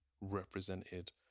represented